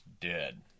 dead